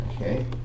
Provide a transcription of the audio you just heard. Okay